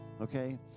okay